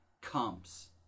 comes